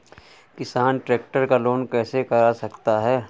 किसान ट्रैक्टर का लोन कैसे करा सकता है?